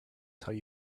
tell